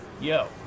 yo